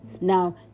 Now